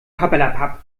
papperlapapp